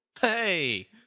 hey